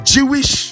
Jewish